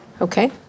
Okay